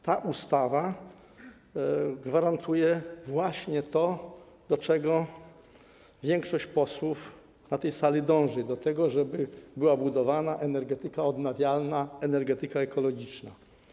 Ta ustawa gwarantuje właśnie to, do czego większość posłów na tej sali dąży - żeby była budowana energetyka odnawialna, energetyka ekologiczna.